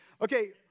okay